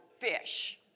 fish